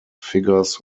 figures